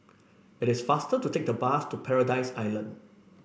it is faster to take the bus to Paradise Island